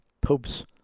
popes